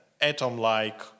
Atom-like